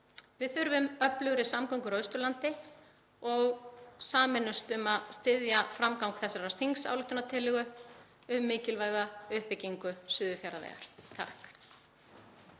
Við þurfum öflugri samgöngur á Austurlandi og að sameinast um að styðja framgang þessarar þingsályktunartillögu um mikilvæga uppbyggingu Suðurfjarðavegar.